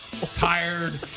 tired